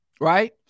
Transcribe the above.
right